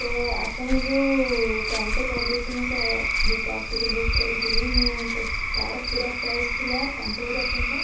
ତ ଆପଣ ଯେଉଁ କ୍ୟାନସେଲ୍ କରିଦେଇଛି ମୁଁ ସେ ଅ ଯେଉଁ କ୍ୟାବ୍ ଟିକୁ ବୁକ୍ କରିଥିଲି ମୁଁ ସେ ତାର ପୁରା ପ୍ରାଇସ୍ ଥିଲା ପାଞ୍ଚ ହଜାର ଟଙ୍କା